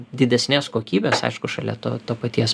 didesnės kokybės aišku šalia to to paties